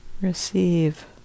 receive